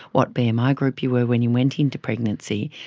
what bmi um ah group you were when you went into pregnancy.